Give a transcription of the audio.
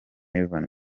yvan